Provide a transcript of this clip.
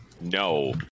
No